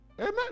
Amen